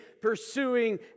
pursuing